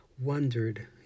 wondered